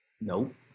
Nope